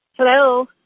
hello